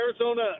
Arizona